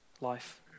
life